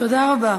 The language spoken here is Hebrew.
תודה רבה.